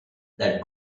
that